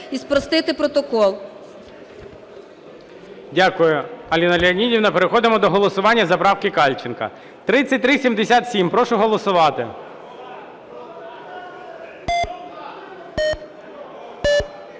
Дякую, Аліна Леонідівна. Переходимо до голосування за правки Кальченка. 3377. Прошу голосувати.